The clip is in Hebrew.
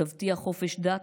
תבטיח חופש דת,